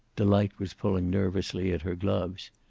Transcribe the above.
delight was pulling nervously at her gloves.